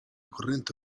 corrente